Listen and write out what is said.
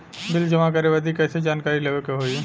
Bill जमा करे बदी कैसे जानकारी लेवे के होई?